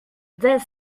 deux